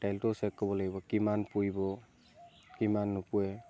তেলটোও check কৰিব লাগিব কিমান পুৰিব কিমান নোপোৰে